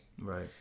Right